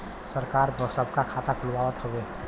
सरकार सबका खाता खुलवावत हउवे